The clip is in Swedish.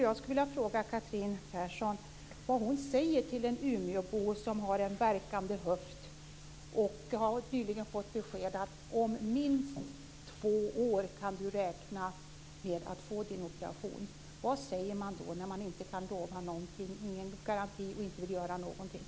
Jag vill fråga Catherine Persson vad hon säger till en umebo som har en värkande höft och nyligen fått beskedet: Om minst två år kan du räkna med att få din operation. Vad säger man då när man inte kan lova någonting, inte har någon garanti och inte vill göra någonting?